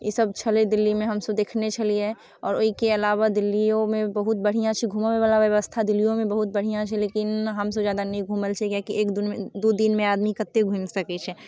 ईसब छलै दिल्लीमे हमसब देखने छलिए आओर ओहिके अलावा दिल्लिओमे बहुत बढ़िआँ छै घुमऽवला बेबस्था दिल्लिओमे बहुत बढ़िआँ छै लेकिन हमसब ज्यादा नहि घुमल छिए कियाकि एक दिनमे दुइ दिनमे आदमी कतेक घुमि सकै छै